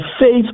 faith